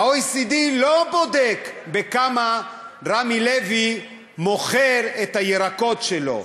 ה-OECD לא בודק בכמה רמי לוי מוכר את הירקות שלו,